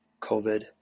COVID